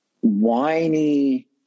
whiny